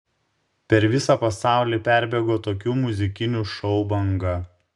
per visą pasaulį perbėgo tokių muzikinių šou banga